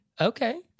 Okay